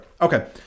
Okay